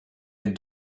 est